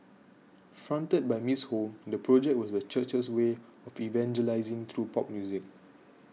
fronted by Miss Ho the project was the church's way of evangelising through pop music